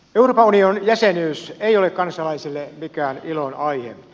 euroopan unionin jäsenyys ei ole kansalaisille mikään ilonaihe